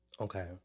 Okay